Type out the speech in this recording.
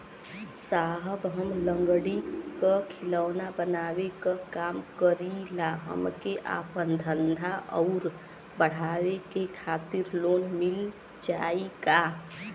साहब हम लंगड़ी क खिलौना बनावे क काम करी ला हमके आपन धंधा अउर बढ़ावे के खातिर लोन मिल जाई का?